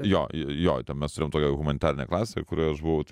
jo jo ten mes turėjom tokią humanitarinę klasę kurioj aš buvau tai